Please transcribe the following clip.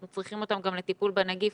אנחנו צריכים אותם גם לטיפול בנגיף,